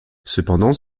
cependant